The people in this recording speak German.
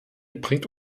bringt